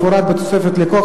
כמפורט בתוספת לחוק,